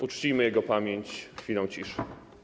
Uczcijmy jego pamięć chwilą ciszy.